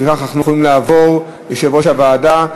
לפיכך אנחנו יכולים לעבור, יושב-ראש הוועדה,